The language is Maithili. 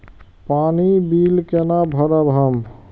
पानी बील केना भरब हम?